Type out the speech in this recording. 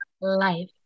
life